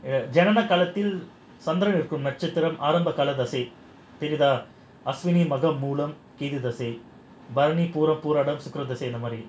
என்னென்ன காலத்தில் சந்திரன் இருக்கும் நட்சத்திரம் அஷ்வினி மூலம் மகம் அந்த மாதிரி:ennaena kaalathil chanthiran irukkum natchathiram aswhini moolam magam andha maadhiri